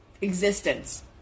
existence